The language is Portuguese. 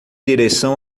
direção